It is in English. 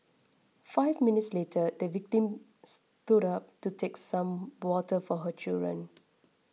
five minutes later the victim stood up to take some water for her children